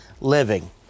Living